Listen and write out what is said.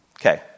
Okay